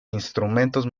instrumentos